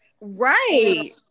right